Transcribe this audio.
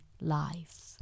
life